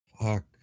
fuck